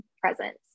presence